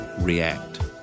react